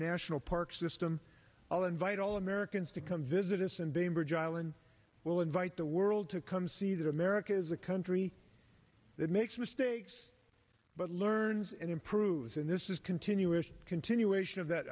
national park system i'll invite all americans to come visit us in bainbridge island we'll invite the world to come see that america is a country that makes mistakes but learns and improves and this is continuous continuation of that